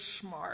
smart